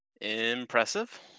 Impressive